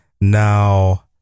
Now